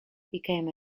became